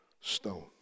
stone